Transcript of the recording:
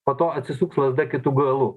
po to atsisuks lazda kitu galu